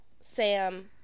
Sam